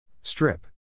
Strip